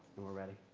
already